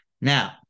Now